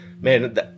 man